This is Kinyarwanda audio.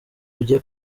rugiye